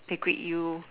they greet you